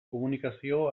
komunikazio